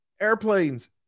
airplanes